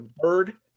Bird